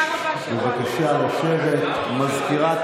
מזכירת